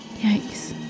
Yikes